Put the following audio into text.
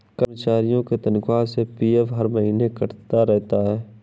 कर्मचारियों के तनख्वाह से पी.एफ हर महीने कटता रहता है